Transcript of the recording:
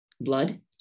blood